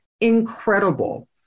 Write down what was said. Incredible